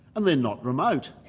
and they're not remote.